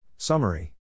Summary